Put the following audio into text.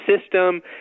system